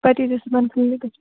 پتہٕ ییٖزیٚو صُبحن کٕلنِکس پٮ۪ٹھ